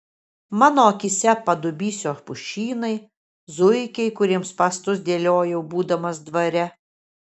mano akyse padubysio pušynai zuikiai kuriems spąstus dėliojau būdamas dvare